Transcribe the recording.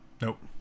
Nope